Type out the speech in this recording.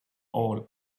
all